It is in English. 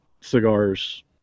cigars